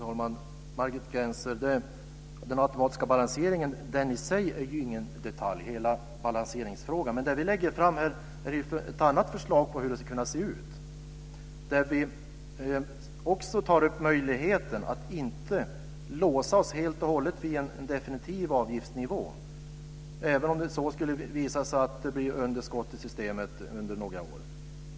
Fru talman! Den automatiska balanseringen i sig är ingen detalj, Margit Gennser. Men det vi lägger fram här är ett annat förslag till hur det skulle kunna se ut. Vi tar också upp möjligheten att inte låsa oss helt och hållet vid en definitiv avgiftsnivå, även om det skulle visa sig att det blir underskott i systemet under några år.